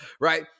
right